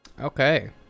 Okay